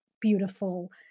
beautiful